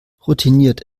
routiniert